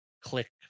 click